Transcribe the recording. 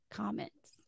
comments